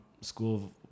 school